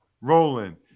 Rolling